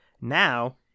Now